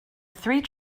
three